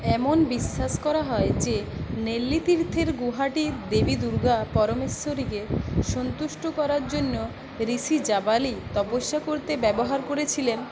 এমন বিশ্বাস করা হয় যে নেল্লিতীর্থের গুহাটি দেবী দুর্গা পরমেশ্বরীকে সন্তুষ্ট করার জন্য ঋষি জাবালি তপস্যা করতে ব্যবহার করেছিলেন